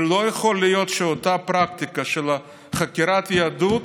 ולא יכול להיות שאותה פרקטיקה של חקירת יהדות,